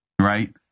right